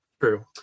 true